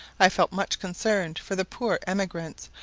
i felt much concerned for the poor emigrants,